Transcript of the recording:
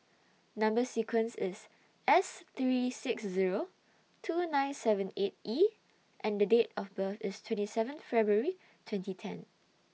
Number sequence IS S three six Zero two nine seven eight E and The Date of birth IS twenty seven February twenty ten